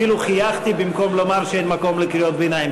אפילו חייכתי במקום לומר שאין מקום לקריאות ביניים.